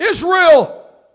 Israel